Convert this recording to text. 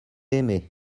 aimé